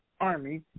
army